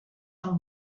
del